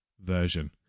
version